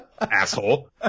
asshole